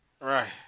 Right